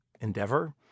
endeavor